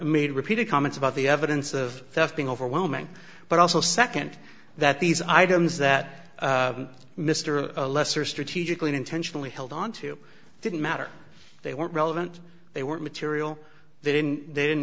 made repeated comments about the evidence of theft being overwhelming but also second that these items that mr a lesser strategically intentionally held onto didn't matter they weren't relevant they weren't material they didn't they didn't